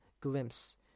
glimpse